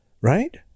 right